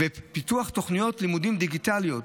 פיתוח תוכניות לימודים דיגיטליות